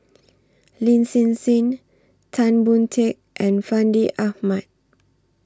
Lin Hsin Hsin Tan Boon Teik and Fandi Ahmad